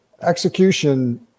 execution